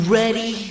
ready